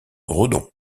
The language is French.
redon